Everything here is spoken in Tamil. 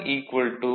எம்